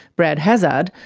brad hazzard,